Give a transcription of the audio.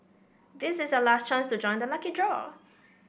this is your last chance to join the lucky draw